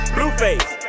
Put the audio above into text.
Blueface